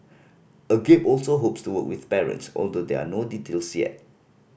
Agape also hopes to work with parents although there are no details yet